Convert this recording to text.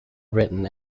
written